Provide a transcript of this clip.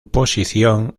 posición